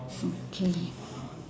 okay